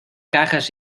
cajas